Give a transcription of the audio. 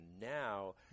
now